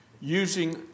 using